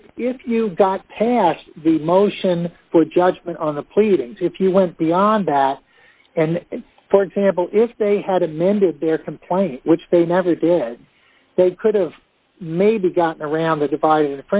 if if you got past the motion for judgment on the pleadings if you went beyond that and for example if they had amended their complaint which they never did they could have maybe gotten around the dividing